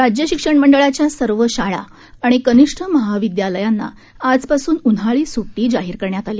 राज्य शिक्षण मंडळाच्या सर्व शाळा आणि कनिष्ठ महाविदयालयांना आजपासून उन्हाळी सुट्टी जाहीर करण्यात आली